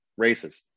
racist